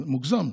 אבל מוגזם.